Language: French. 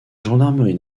gendarmerie